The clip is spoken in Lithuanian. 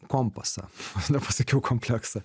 kompasą vos nepasakiau kompleksą